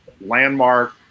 landmark